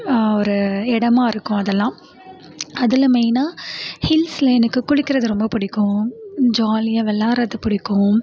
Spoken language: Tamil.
ஒரு இடமா இருக்கும் அதெல்லாம் அதில் மெயினா ஹில்ஸ்ல எனக்கு குளிக்கிறது ரொம்ப பிடிக்கும் ஜாலியாக விளாட்றது பிடிக்கும்